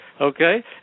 okay